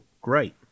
Great